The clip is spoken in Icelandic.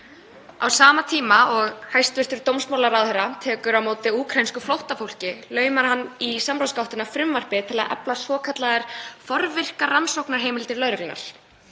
Á sama tíma og hæstv. dómsmálaráðherra tekur á móti úkraínsku flóttafólki laumar hann í samráðsgáttina frumvarpi um að efla svokallaðar forvirkar rannsóknarheimildir lögreglunnar.